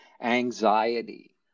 anxiety